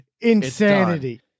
insanity